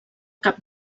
cap